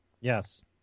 Yes